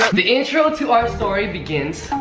the intro to our story begins.